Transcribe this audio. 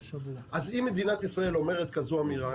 אז אם מדינת ישראל אומרת כזו אמירה,